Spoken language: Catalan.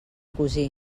cosí